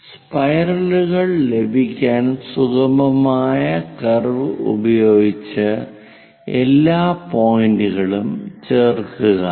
സ്പൈറലുകൾ ലഭിക്കാൻ സുഗമമായ കർവ് ഉപയോഗിച്ച് എല്ലാ പോയിന്ററുകളും ചേർക്കുക